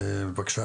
בבקשה